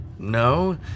No